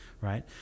right